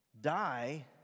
Die